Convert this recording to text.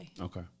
Okay